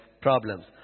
problems